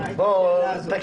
נכון.